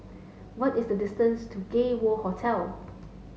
what is the distance to Gay World Hotel